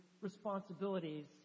responsibilities